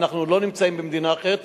ואנחנו לא נמצאים במדינה אחרת.